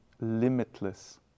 limitless